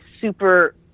super